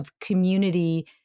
community